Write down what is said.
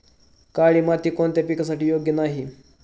काळी माती कोणत्या पिकासाठी योग्य नाही?